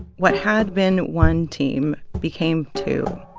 what had been one team became two.